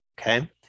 okay